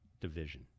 division